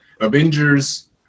avengers